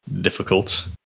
difficult